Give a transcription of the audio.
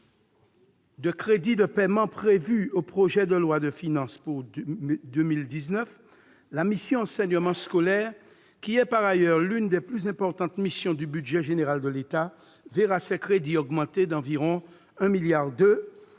de crédits de paiement prévus dans le projet de loi de finances pour 2019, la mission « Enseignement scolaire », qui est par ailleurs l'une des plus importantes missions du budget général de l'État, verra ses crédits augmenter d'environ 1,2 milliard